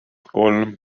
kolm